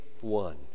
one